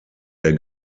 der